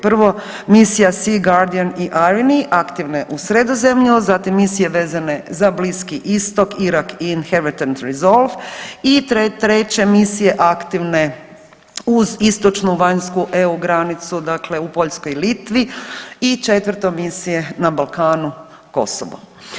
Prvo misija „SEA GUARDIAN“ i „IRINI“ aktivna je u Sredozemlju, zatim misije vezane za Bliski Istok, Irak „INHERENT RESOLVE“ i treće misije aktivne uz istočnu vanjsku EU granicu, dakle u Poljskoj i Litvi i četvrto misije na Balkanu, Kosovo.